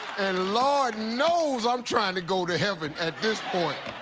and lord knows i'm trying to go to heaven at this point.